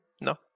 No